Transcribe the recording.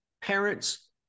parents